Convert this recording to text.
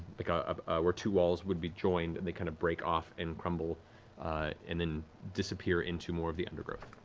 like um um where two walls would be joined, but and they kind of break off and crumble and and disappear into more of the undergrowth.